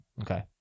Okay